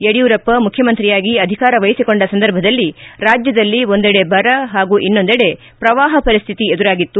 ಯಡಿಯೂರಪ್ಪ ಮುಖ್ಯಮಂತ್ರಿಯಾಗಿ ಅಧಿಕಾರ ವಹಿಸಿಕೊಂಡ ಸಂದರ್ಭದಲ್ಲಿ ರಾಜ್ಯದಲ್ಲಿ ಒಂದೆಡೆ ಬರ ಹಾಗೂ ಇನ್ನೊಂದೆಡೆ ಪ್ರವಾಹ ಪರಿಸ್ತಿತಿ ಎದುರಾಗಿತ್ತು